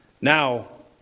Now